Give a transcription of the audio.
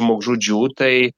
žmogžudžių tai